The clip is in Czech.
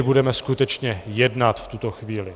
Budeme skutečně jednat v tuto chvíli.